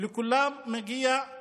לכולם מגיעה